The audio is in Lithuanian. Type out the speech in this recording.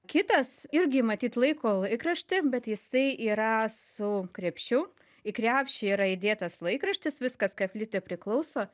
kitas irgi matyt laiko laikraštį bet jisai yra su krepšiu į krepšį yra įdėtas laikraštis viskas ka lygtai priklauso